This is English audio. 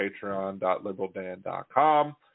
patreon.liberaldan.com